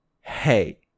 hey